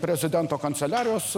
prezidento kanceliarijos